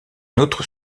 autre